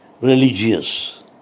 religious